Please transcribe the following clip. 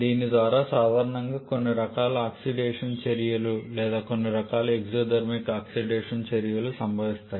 దీని ద్వారా సాధారణంగా కొన్ని రకాల ఆక్సిడేషన్ చర్యలు లేదా కొన్ని రకాల ఎక్సోధర్మిక్ ఆక్సిడేషన్ చర్యలు సంభవిస్తాయి